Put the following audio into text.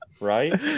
right